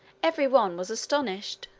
every one was astonished.